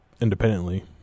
independently